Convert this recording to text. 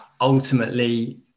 ultimately